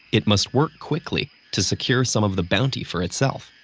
it must work quickly to secure some of the bounty for itself.